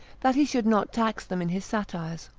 that he should not tax them in his satires.